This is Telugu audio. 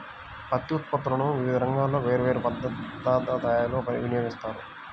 పత్తి ఉత్పత్తులను వివిధ రంగాల్లో వేర్వేరు పదార్ధాల తయారీలో వినియోగిస్తారు